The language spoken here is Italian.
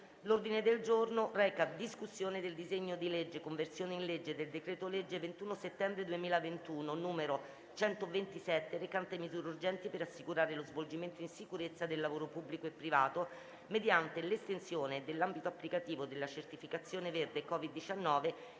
Il Senato, in sede di esame del disegno di legge n. 2394, di conversione in legge del decreto-legge 21 settembre 2021, n. 127, recante misure urgenti per assicurare lo svolgimento in sicurezza del lavoro pubblico e privato mediante l'estensione dell'ambito applicativo della certificazione verde COVID-19